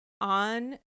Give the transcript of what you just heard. on